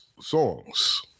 songs